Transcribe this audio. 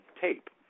tape